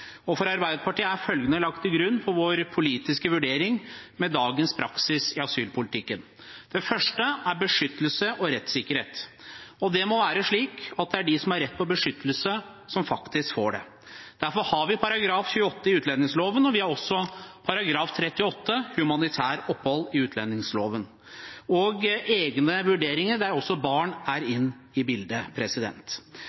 For Arbeiderpartiet er følgende lagt til grunn for vår politiske vurdering av dagens praksis i asylpolitikken: Det første er beskyttelse og rettssikkerhet, og det må være slik at det er de som har rett på beskyttelse, som faktisk får det. Derfor har vi § 28 i utlendingsloven. Vi har også § 38, humanitært opphold, i utlendingsloven, og egne vurderinger der barn er